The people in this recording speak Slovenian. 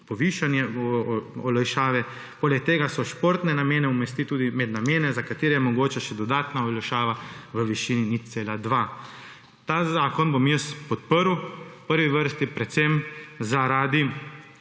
povišanje olajšave. Poleg tega se športne namene umesti tudi med namene, za katere je mogoča še dodatna olajšava v višini 0,2. Ta zakon bom podprl, v prvi vrsti predvsem zaradi